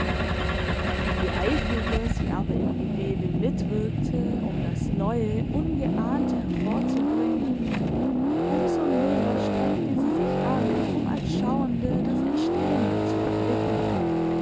je eifriger sie aber im gewebe mitwirkte um das neue ungeahnte hervorzubringen um so mehr strengte sie sich an um als schauende das entstehende zu erblicken